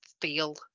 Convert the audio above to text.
feel